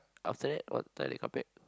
after that what time they come back